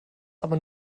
aber